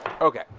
Okay